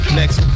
next